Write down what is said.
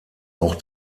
auch